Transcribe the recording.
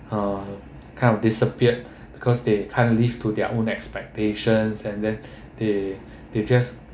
uh kind of disappeared because they can't live to their own expectations and then they they just